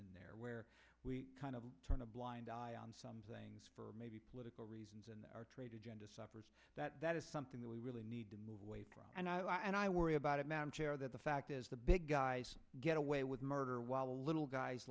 in there where we kind of turn a blind eye on some things for political reasons and our trade agenda suffers that that is something that we really need to move away from and i and i worry about it madam chair that the fact is the big guys get away with murder while the little guys